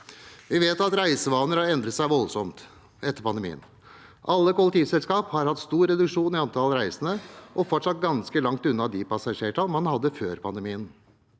Vi vet at reisevanene har endret seg voldsomt etter pandemien. Alle kollektivselskaper har hatt stor reduksjon i antallet reisende og er fortsatt ganske langt unna de passasjertallene man hadde før pandemien.